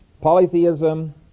Polytheism